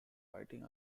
fighting